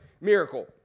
miracle